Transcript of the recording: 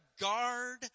guard